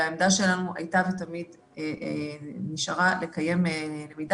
והעמדה שלנו הייתה ותמיד נשארה לקיים למידה